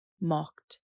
mocked